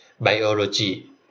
Biology